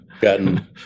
gotten